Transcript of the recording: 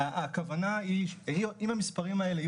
הכוונה היא אם המספרים האלה,